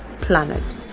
planet